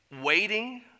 Waiting